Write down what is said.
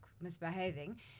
misbehaving